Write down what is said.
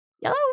Yellow